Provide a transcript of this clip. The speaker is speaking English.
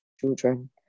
children